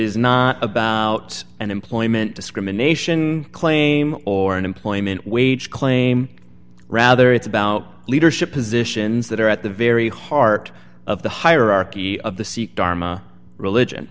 is not about an employment discrimination claim or an employment wage claim rather it's about leadership positions that are at the very heart of the hierarchy of the sikh dharma religion